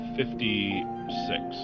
fifty-six